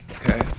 Okay